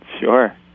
Sure